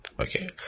Okay